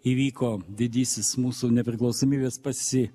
įvyko didysis mūsų nepriklausomybės pasi